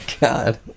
god